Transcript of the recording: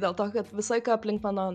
dėl to kad visą laiką aplink mano